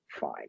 fine